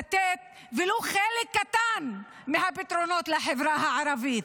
לתת ולו חלק קטן מהפתרונות לחברה הערבית.